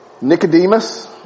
Nicodemus